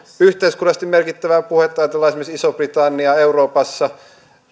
yhteiskunnallisesti merkittävää puhetta jos ajatellaan esimerkiksi isoa britanniaa euroopassa